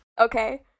Okay